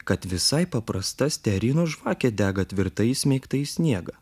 kad visai paprasta stearino žvakė dega tvirtai įsmeigta į sniegą